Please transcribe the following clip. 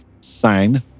sign